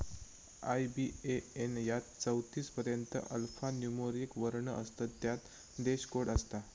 IBAN यात चौतीस पर्यंत अल्फान्यूमोरिक वर्ण असतत ज्यात देश कोड असता